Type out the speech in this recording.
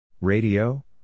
Radio